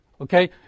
Okay